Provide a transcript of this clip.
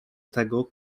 tego